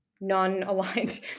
non-aligned